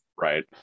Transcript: Right